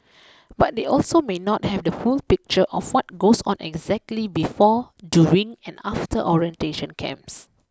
but they also may not have the full picture of what goes on exactly before during and after orientation camps